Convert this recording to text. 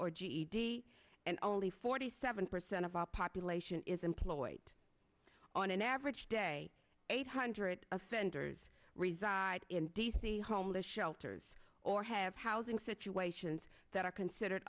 ged and only forty seven percent of our population is employed on an average day eight hundred offenders reside in d c homeless shelters or have housing situations that are considered